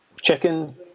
Chicken